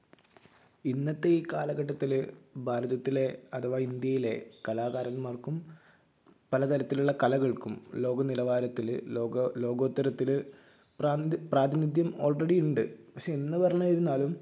ഇന്നത്തെ ഈ കാലഘട്ടത്തിൽ ഭാരതത്തിലെ അഥവാ ഇന്ത്യയിലെ കലാകാരന്മാർക്കും പല തരത്തിലുള്ള കലകൾക്കും ലോക നിലവാരത്തിൽ ലോക ലോകോത്തരത്തിൽ പ്രാന്ത് പ്രാതിനിധ്യം ഓൾറെഡി ഉണ്ട് പക്ഷേ എന്ന് പറഞ്ഞിരുന്നാലും